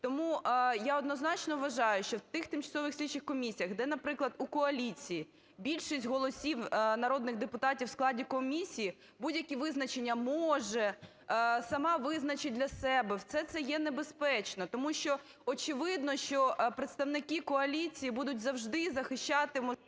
Тому я однозначно вважаю, що в тих тимчасових слідчих комісіях, де, наприклад, у коаліції більшість голосів народних депутатів в складі комісії, будь-які визначення "може", "сама визначить для себе" – все це є небезпечно. Тому що, очевидно, що представники коаліції будуть завжди захищати...